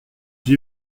j’y